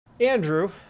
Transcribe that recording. Andrew